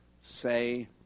say